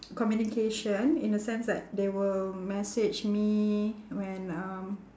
communication in a sense that they will message me when um